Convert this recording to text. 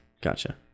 Gotcha